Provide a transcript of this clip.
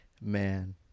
man